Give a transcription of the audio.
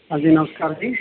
ਹਾਂਜੀ ਨਮਸਕਾਰ ਜੀ